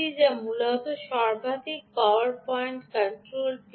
যা মূলত সর্বাধিক পাওয়ার পয়েন্ট কন্ট্রোল পিন